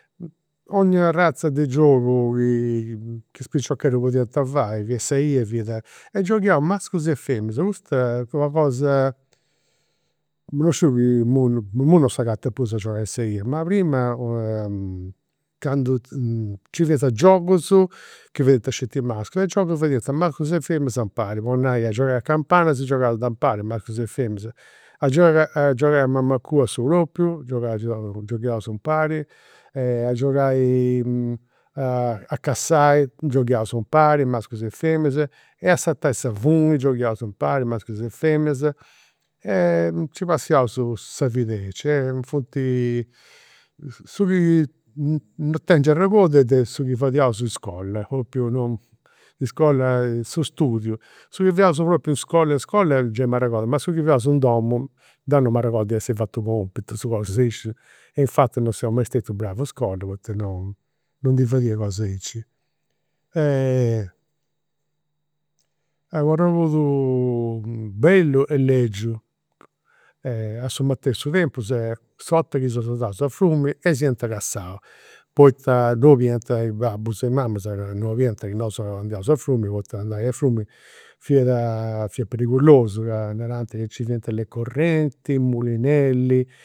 'Onnia arraza de giogu chi chi is piciocheddus podiant fai, fia sa 'ia e fiat. Gioghiaus mascus e femias, custa fut una cosa, non sciu chi imui non imui non s'agatat prus a giogai in sa 'ia ma prima candu nci fiant giogus chi fadiant sceti i' mascus e giogus chi fadiant mascus e feminas impari, po nai a giogai a campana si giogat impari, mascus e feminas, a giogai a giogai a mamacua a su propriu, gioghiaus impari. A giogai a cassai gioghiaus impari, mascus e feminas, e a sartai sa funi gioghiaus impari mascus e feminas. Nci passaiaus sa vida aici e funt, su chi non tengiu arregodu est de su chi fadiaus in iscola, propriu non, in iscola su studiu, su chi fadiaus propriu in iscola in iscola gei m'arregodu, ma su fadiaus in domu deu non m'arregodu de essi fatu compitus cosas aici. E infati non seu mai stetiu bravu in iscola poita non non ndi fadia cosa aici. U' arregodu bellu e legiu, a su matessu tempu est s'orta chi seus andaus a frumini e s'iant cassau, poita non 'oliant i' babbus e i' mamas ca non 'oliant chi nosu andiaus a frumini poita andai a frumini fiat fiat perigulosu ca narant nci fiant le correnti, i mulinelli